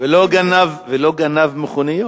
ולא גנב מכוניות,